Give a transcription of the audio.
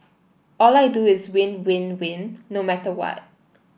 all I do is win win win no matter what